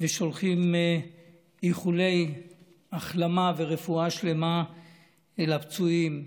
ושולחים איחולי החלמה ורפואה שלמה לפצועים.